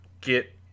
get